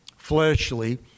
fleshly